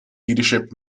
leadership